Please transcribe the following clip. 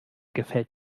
gefällt